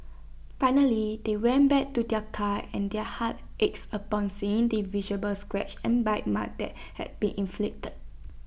finally they went back to their car and their hearts ached upon seeing the visible scratches and bite marks that had been inflicted